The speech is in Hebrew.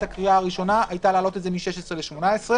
הקריאה הראשונה הייתה להעלות את זה מ-16 ל-18.